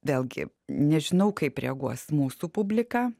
vėlgi nežinau kaip reaguos mūsų publika